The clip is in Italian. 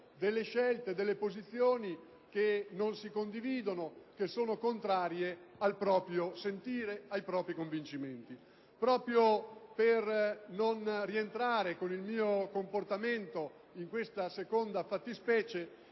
delle scelte, delle posizioni che non si condividono, che sono contrarie al proprio sentire ed ai propri convincimenti. Proprio per non rientrare con il mio comportamento in questa seconda fattispecie,